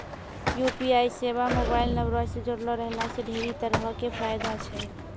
UPI सेबा mobile नंबरो से जुड़लो रहला से ढेरी तरहो के फायदा छै